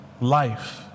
life